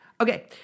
Okay